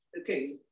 okay